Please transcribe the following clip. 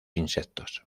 insectos